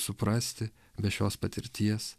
suprasti be šios patirties